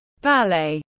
ballet